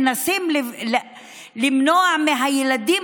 מנסים למנוע מהילדים,